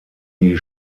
die